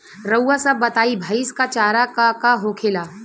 रउआ सभ बताई भईस क चारा का का होखेला?